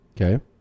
okay